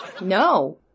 No